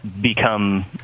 become